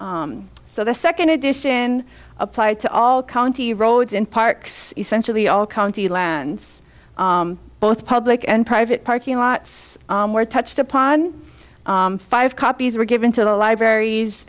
thousand so the second edition applied to all county roads in parks essentially all county lands both public and private parking lots were touched upon five copies were given to the libraries